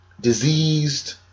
diseased